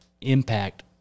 impact